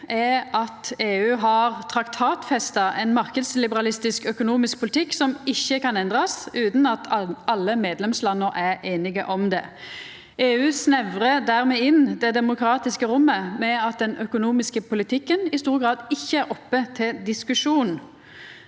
er at EU har traktatfesta ein marknadsliberalistisk økonomisk politikk som ikkje kan endrast utan at alle medlemslanda er einige om det. EU snevrar dermed inn det demokratiske rommet, ved at den økonomiske politikken i stor grad ikkje er oppe til diskusjon.